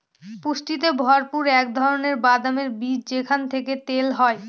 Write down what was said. পুষ্টিতে ভরপুর এক ধরনের বাদামের বীজ যেখান থেকে তেল হয়